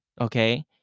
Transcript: okay